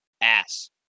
ass